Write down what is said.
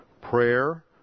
Prayer